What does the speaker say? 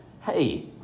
hey